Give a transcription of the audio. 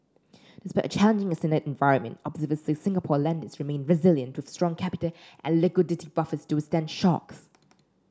despite a challenging external environment observers said Singapore lenders remain resilient with strong capital and liquidity buffers to withstand shocks